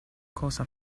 cosa